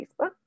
Facebook